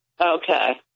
Okay